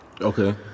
Okay